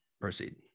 Proceed